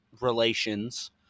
relations